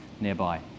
nearby